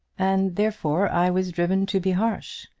and therefore i was driven to be harsh.